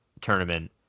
tournament